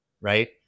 right